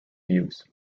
views